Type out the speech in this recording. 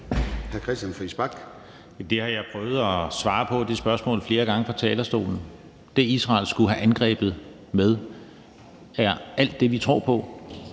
har jeg prøvet at svare på flere gange fra talerstolen. Det, Israel skulle have angrebet med, er alt det, vi tror på: